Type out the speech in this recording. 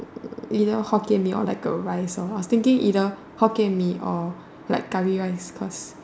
you know Hokkien Mee all like a rice or I was thinking either Hokkien Mee or like curry rice cause